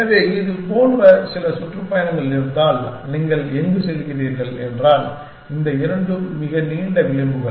எனவே இது போன்ற சில சுற்றுப்பயணங்கள் இருந்தால் நீங்கள் எங்கு செல்கிறீர்கள் என்றால் இந்த இரண்டும் மிக நீண்ட விளிம்புகள்